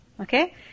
okay